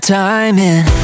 timing